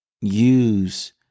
use